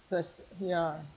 f~ ya